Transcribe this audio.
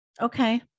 Okay